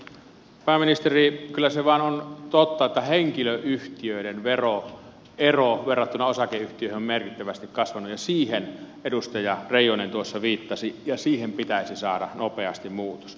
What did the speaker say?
pääministeri kyllä se vain on totta että henkilöyhtiöiden veroero verrattuna osakeyhtiöihin on merkittävästi kasvanut ja siihen edustaja reijonen tuossa viittasi ja siihen pitäisi saada nopeasti muutos